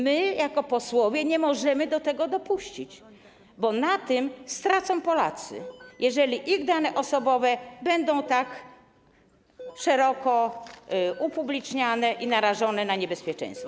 My, jako posłowie, nie możemy do tego dopuścić, bo na tym stracą Polacy, jeżeli ich dane osobowe będą tak szeroko upubliczniane i narażone na niebezpieczeństwo.